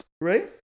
Right